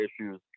issues